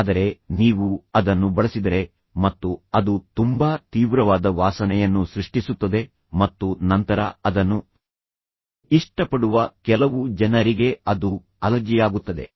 ಆದರೆ ನೀವು ಅದನ್ನು ಬಳಸಿದರೆ ಮತ್ತು ಅದು ತುಂಬಾ ತೀವ್ರವಾದ ವಾಸನೆಯನ್ನು ಸೃಷ್ಟಿಸುತ್ತದೆ ಮತ್ತು ನಂತರ ಅದನ್ನು ಇಷ್ಟಪಡುವ ಕೆಲವು ಜನರಿಗೆ ಅದು ಅಲರ್ಜಿಯಾಗುತ್ತದೆ